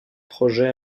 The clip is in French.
projets